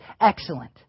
excellent